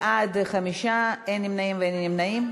בעד, 5, אין מתנגדים, אין נמנעים.